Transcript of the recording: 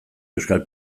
euskal